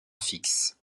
fixe